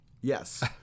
Yes